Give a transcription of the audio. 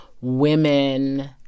women